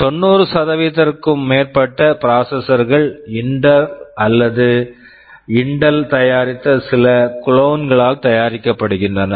90 க்கும் மேற்பட்ட processor processor -கள் இன்டெல் intel அல்லது இன்டெல் intel தயாரித்த சில குளோன் clones களால் தயாரிக்கப்படுகின்றன